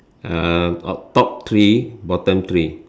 uh on top three bottom three